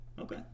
okay